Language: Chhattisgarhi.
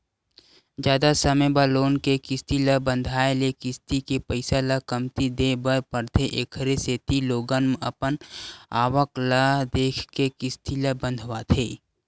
जादा समे बर लोन के किस्ती ल बंधाए ले किस्ती के पइसा ल कमती देय बर परथे एखरे सेती लोगन अपन आवक ल देखके किस्ती ल बंधवाथे